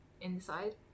inside